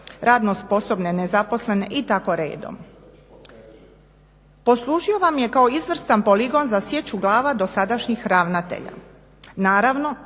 radno sposobne nezaposlene i tako redom. Poslužio vam je kao izvrstan poligon za sječu glava dosadašnjih ravnatelja. Naravno